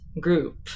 group